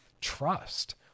trust